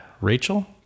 Rachel